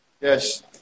Yes